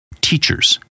teachers